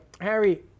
harry